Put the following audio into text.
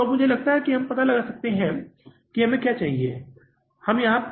तो अब मुझे लगता है आप यह पता लगा सकते हैं कि हमें यहाँ क्या चाहिए